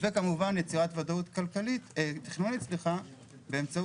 וכמובן יצירת ודאות תכנונית באמצעות